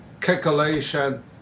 calculation